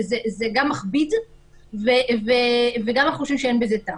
זה גם מכביד וגם אנחנו חושבים שאין בזה טעם.